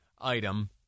item